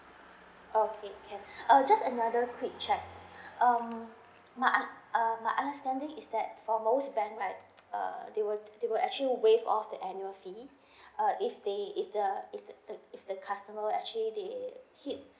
okay can uh just another quick check um my un err my understanding is that for most banks right uh they will they will actually waive off the annual fee uh if they if the if the customer actually they hit